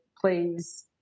please